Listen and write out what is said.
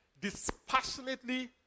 Dispassionately